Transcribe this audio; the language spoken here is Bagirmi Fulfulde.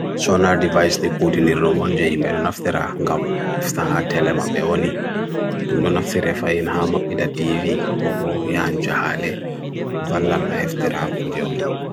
Sonar device de kutini roman jayime runaftera gam fstahat elema beoni Dem nonaftere fain hama pida TV gobo yaan jahale Valan aftera puja ole